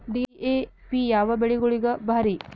DAP ಯಾವ ಬೆಳಿಗೊಳಿಗ ಭಾರಿ?